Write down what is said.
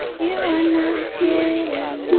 you are not hidden